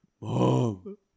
Mom